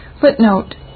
Footnote